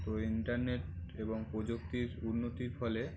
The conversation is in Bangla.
তো ইন্টারনেট এবং প্রযুক্তির উন্নতির ফলে